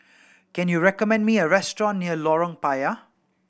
can you recommend me a restaurant near Lorong Payah